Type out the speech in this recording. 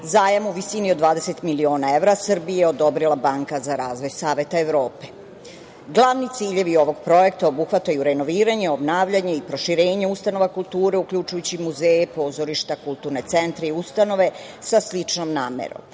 Zajam u visini od 20 miliona evra, Srbiji je odobrila Banka za razvoj Saveta Evrope. Glavni ciljevi ovog projekta obuhvataju renoviranje, obnavljanje i proširenje ustanova kulture uključujući muzeje, pozorišta, kulturne centre i ustanove sa sličnom namerom,